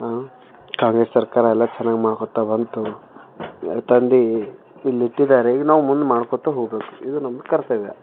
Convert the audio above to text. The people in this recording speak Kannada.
ಕಾಂಗ್ರೆಸ್ ಸರ್ಕಾರ ಎಲ್ಲ ಚೆನ್ನಾಗಿ ಮಾಡ್ಕೋತಾ ಬಂತು ಅದು ತಂದು ಇಲ್ಲಿಟ್ಟಿದ್ದಾರೆ ಈಗ ನಾವು ಮುಂದೆ ಮಾಡ್ಕೋತಾ ಹೋಗಬೇಕು ಇದು ನಮ್ಮ ಕರ್ತವ್ಯ